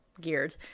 geared